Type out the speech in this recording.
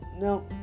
no